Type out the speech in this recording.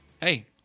Hey